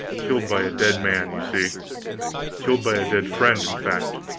killed by a dead man, you see killed by a dead friend, in fact.